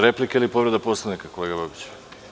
Replika ili povreda poslovnika, kolega Babiću?